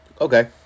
Okay